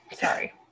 Sorry